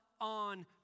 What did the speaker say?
on